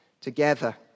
together